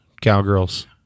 cowgirls